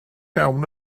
iawn